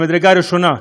ממדרגה ראשונה.